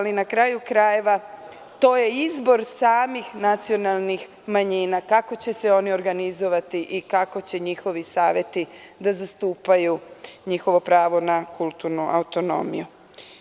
Na kraju krajeva to je izbor samih nacionalnih manjina kako će se oni organizovati i kako će njihovi saveti da zastupaju njihovo pravo na kulturnu autonomiju.